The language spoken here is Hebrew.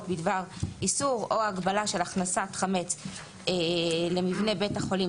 בדבר איסור או הגבלה של הכנסת חמץ למבנה בית החולים,